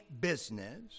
business